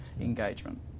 engagement